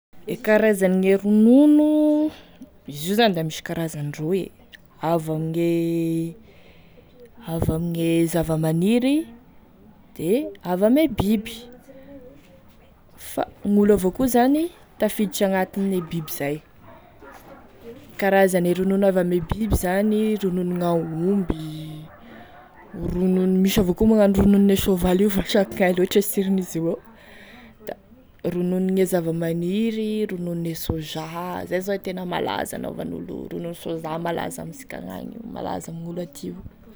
E karazane ronono, izy io zany da misy karazane roy avy amigne avy amigne zava-maniry de avy ame biby fa gn'olo avao koa zany tafiditra anatine biby zay, karazane ronono avy ame biby zany ronon'aomby, misy avao koa manao ronono ne soavaly va sa da ankognaia loatry e siron'izy io eo, da rononone zava-maniry rononone sôza zay e tena malaza hanaovan'olo ronono soja malaza amisika agny io malaza amin'olo aty io.